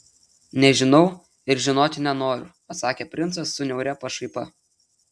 nežinau ir žinoti nenoriu atsakė princas su niauria pašaipa